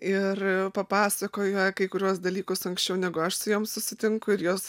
ir papasakoja kai kuriuos dalykus anksčiau negu aš su jom susitinku ir jos